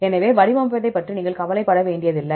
எனவே வடிவமைப்பதைப் பற்றி நீங்கள் கவலைப்பட வேண்டியதில்லை